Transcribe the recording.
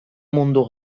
mundu